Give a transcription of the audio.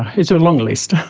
it's a long list.